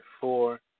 four